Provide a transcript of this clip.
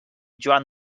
joan